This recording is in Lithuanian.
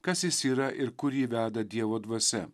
kas jis yra ir kur jį veda dievo dvasia